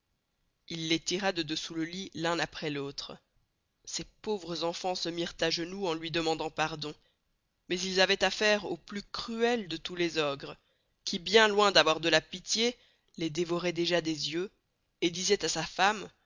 il les tira de dessous le lit l'un aprés l'autre ces pauvres enfans se mirent à genoux en luy demandant pardon mais ils avoient affaire au plus cruël de tous les ogres qui bien loin d'avoir de la pitié les dévoroit déjà des yeux et disoit à sa femme